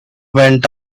went